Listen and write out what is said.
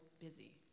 busy